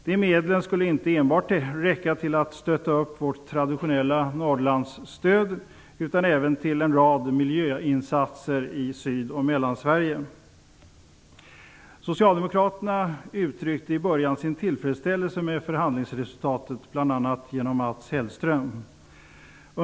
Dessa medel skulle inte enbart räcka till att stötta vårt traditionella Norrlandsstöd utan även till en rad miljöinsatser i Syd och Socialdemokraterna uttryckte i början sin tillfredsställelse över förhandlingsresultatet, bl.a. genom Mats Hellström.